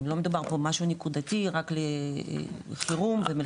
לא מדובר על משהו נקודתי, רק לחירום ומלחמה.